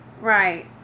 Right